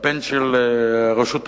קמפיין של הרשות השנייה,